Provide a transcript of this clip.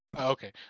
Okay